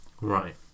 Right